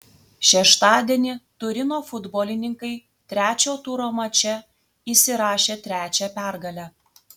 šeštadienį turino futbolininkai trečio turo mače įsirašė trečią pergalę